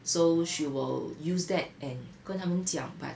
so she will use that and 跟他们讲 but